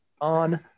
on